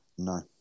No